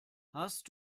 hast